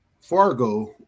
Fargo